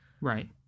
right